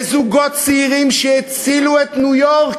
לזוגות צעירים שהצילו את ניו-יורק,